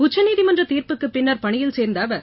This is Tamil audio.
உச்சநீதிமன்ற தீர்ப்புக்குப் பின்னர் பணியில் சேர்ந்த அவர்